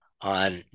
on